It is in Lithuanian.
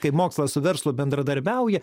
kaip mokslas su verslu bendradarbiauja